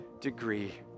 degree